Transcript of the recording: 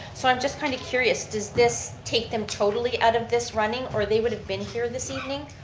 so i'm just kind of curious does this take them totally out of this running, or they would have been here this evening?